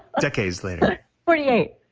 decades later forty eight.